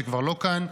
שכבר לא כאן,